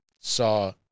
saw